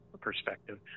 perspective